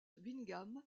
bingham